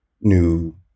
new